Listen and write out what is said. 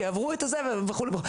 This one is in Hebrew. שיעברו את זה וכו' וכו'.